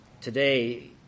today